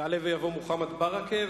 יעלה ויבוא חבר הכנסת מוחמד ברכה.